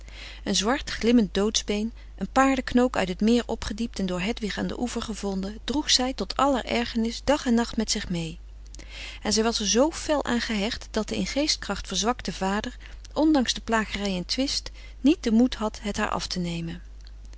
een zwart glimmend doodsbeen een paarde knook uit het meer opgediept en door hedwig aan den oever gevonden droeg zij tot aller ergernis dag en nacht met zich mee en zij was er zoo fel aan gehecht dat de in geestkracht verzwakte vader ondanks de plagerij en twist niet den moed had het haar af te nemen